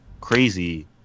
crazy